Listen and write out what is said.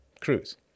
cruise